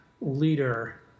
leader